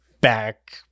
back